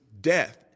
death